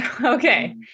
Okay